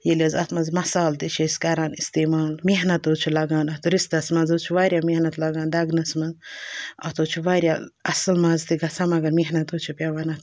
ییٚلہِ حظ اَتھ منٛز مصالہٕ تہِ چھِ أسۍ کَران استعمال محنت حظ چھِ لگان اَتھ رِستَس منٛز حظ چھِ واریاہ محنت لگان دَگنَس منٛز اَتھ حظ چھُ واریاہ اَصٕل مَزم تہِ گژھان مگر محنت حظ چھِ پٮ۪وان اَتھ کَرُن